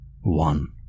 One